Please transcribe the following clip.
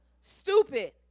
Stupid